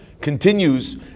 continues